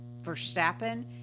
Verstappen